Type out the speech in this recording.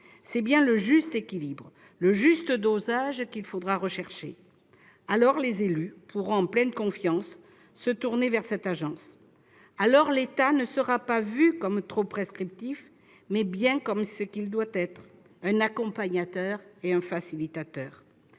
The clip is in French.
C'est bien le juste équilibre, le juste dosage, qu'il faudra rechercher. Alors, les élus pourront, en pleine confiance, se tourner vers cette agence. Alors, l'État sera vu non pas comme trop prescriptif, mais bien comme ce qu'il doit être : un accompagnateur et un facilitateur.